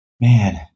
man